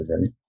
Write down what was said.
right